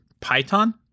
python